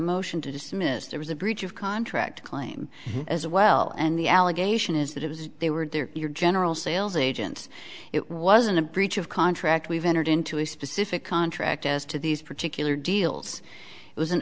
motion to dismiss there was a breach of contract claim as well and the allegation is that it was they were there your general sales agent it wasn't a breach of contract we've entered into a specific contract as to these particular deals it was an